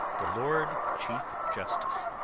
the lord chief justice